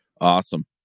Awesome